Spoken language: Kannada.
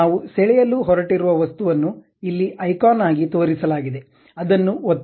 ನಾವು ಸೆಳೆಯಲು ಹೊರಟಿರುವ ವಸ್ತುವನ್ನು ಇಲ್ಲಿ ಐಕಾನ್ ಆಗಿ ತೋರಿಸಲಾಗಿದೆ ಅದನ್ನು ಒತ್ತಿ